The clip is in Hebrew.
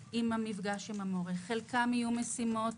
מפגש עם המורה בזום, חלקן יהיו משימות